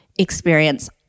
experience